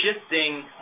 shifting